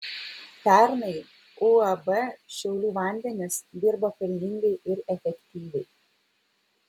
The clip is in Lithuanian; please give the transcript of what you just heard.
pernai uab šiaulių vandenys dirbo pelningai ir efektyviai